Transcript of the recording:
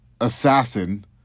assassin